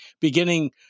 beginning